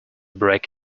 break